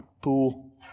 pool